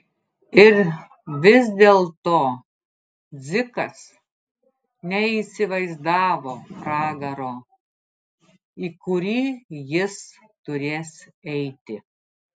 ir vis dėlto dzikas neįsivaizdavo pragaro į kurį jis turės eiti